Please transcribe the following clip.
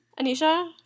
Anisha